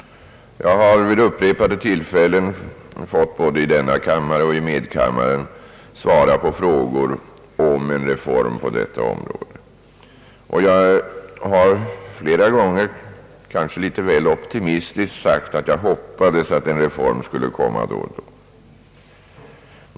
Jag har vid upprepade tillfällen både i denna kammare och i medkammaren fått svara på frågor om en reform på detta område. Jag har flera gånger — kanske litet väl optimistiskt — sagt att jag hoppades att en reform skulle komma vid en viss tidpunkt.